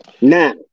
Now